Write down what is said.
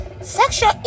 sexual